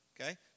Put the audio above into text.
Okay